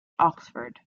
oxford